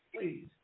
please